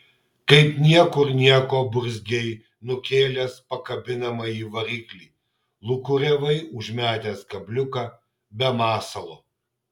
kaip niekur nieko burzgei nukėlęs pakabinamąjį variklį lūkuriavai užmetęs kabliuką be masalo